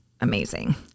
amazing